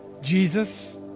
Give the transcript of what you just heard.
Jesus